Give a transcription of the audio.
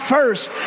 First